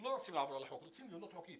לא רוצים לעבור על החוק, רוצים לבנות חוקי.